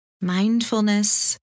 mindfulness